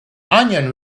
onion